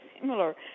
similar